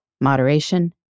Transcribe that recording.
moderation